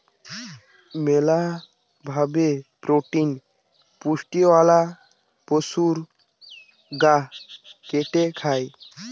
মেলা ভাবে প্রোটিন পুষ্টিওয়ালা পশুর গা কেটে খায়